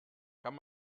kann